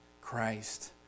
Christ